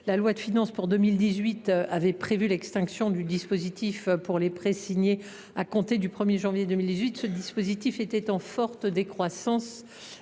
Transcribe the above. la loi de finances pour 2018 a prévu l’extinction pour les prêts signés à compter du 1 janvier 2018. Ce dispositif était en forte décroissance,